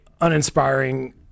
uninspiring